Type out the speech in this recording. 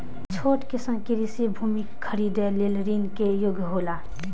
छोट किसान कृषि भूमि खरीदे लेल ऋण के योग्य हौला?